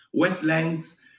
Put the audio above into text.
wetlands